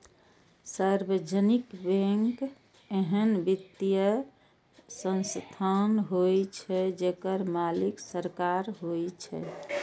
सार्वजनिक बैंक एहन वित्तीय संस्थान होइ छै, जेकर मालिक सरकार होइ छै